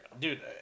Dude